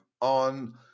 on